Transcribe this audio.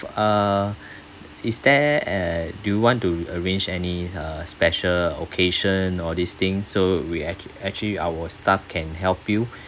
uh is there uh do you want to arrange any uh special occasion all these thing so we act~ actually our staff can help you